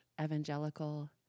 evangelical